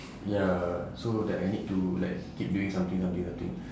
ya so that I need to like keep doing something something something